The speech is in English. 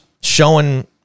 showing